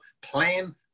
plan